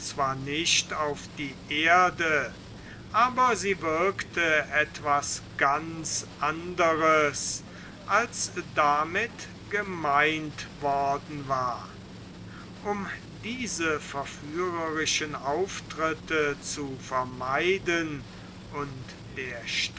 zwar nicht auf die erde aber sie wirkte etwas ganz anderes als damit gemeint worden war um diese verführerischen auftritte zu vermeiden und der